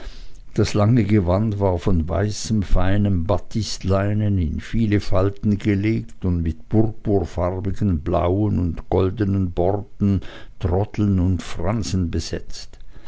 das lange gewand war von weißem feinem batistleinen in viele falten gelegt und mit purpurfarbigen blauen und goldenen borten troddeln und fransen besetzt